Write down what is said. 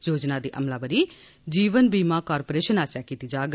योजना दी अमलावरी जीवन भीमा कारपोरेशन आस्सेआ कीत्ती जाग